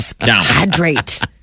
Hydrate